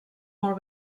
molt